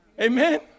Amen